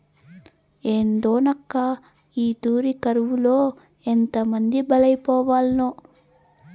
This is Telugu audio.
ఏందోనక్కా, ఈ తూరి కరువులో ఎంతమంది బలైపోవాల్నో